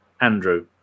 Andrew